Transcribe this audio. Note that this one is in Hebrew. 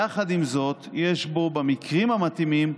יחד עם זאת, יש בו, במקרים המתאימים,